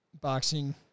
boxing